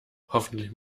hoffentlich